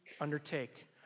undertake